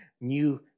New